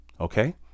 okay